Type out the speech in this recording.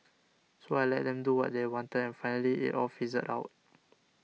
so I let them do what they wanted and finally it all fizzled out